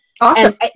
awesome